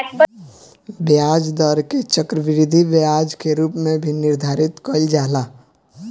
ब्याज दर के चक्रवृद्धि ब्याज के रूप में भी निर्धारित कईल जाला